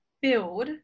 build